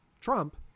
Trump